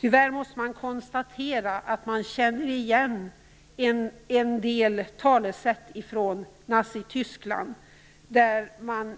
Tyvärr måste vi konstatera att vi känner igen en del av talesätten från Nazityskland, där man